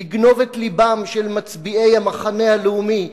לגנוב את לבם של מצביעי המחנה הלאומי,